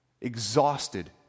Exhausted